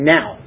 Now